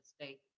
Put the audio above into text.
state